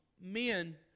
men